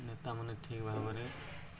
ନେତାମାନେ ଠିକ୍ ଭାବରେ